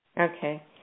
Okay